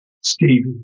Stevie